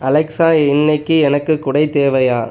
Alexa இன்றைக்கி எனக்கு குடை தேவையா